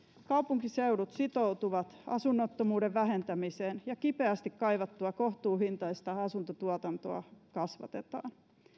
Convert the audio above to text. kaupunkiseudut sitoutuvat asunnottomuuden vähentämiseen ja kipeästi kaivattua kohtuuhintaista asuntotuotantoa kasvatetaan